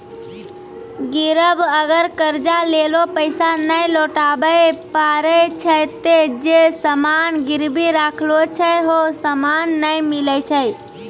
गिरब अगर कर्जा लेलो पैसा नै लौटाबै पारै छै ते जे सामान गिरबी राखलो छै हौ सामन नै मिलै छै